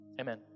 Amen